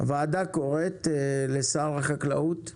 הוועדה קוראת לשר החקלאות,